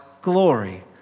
glory